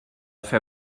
fer